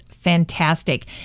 fantastic